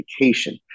education